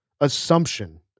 assumption